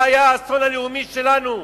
זה היה האסון הלאומי שלנו,